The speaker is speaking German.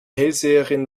hellseherin